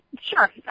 Sure